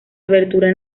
abertura